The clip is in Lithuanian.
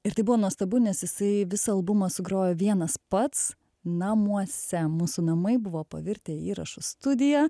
ir tai buvo nuostabu nes jisai visą albumą sugrojo vienas pats namuose mūsų namai buvo pavirtę į įrašų studiją